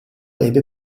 ebbe